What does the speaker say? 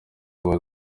baza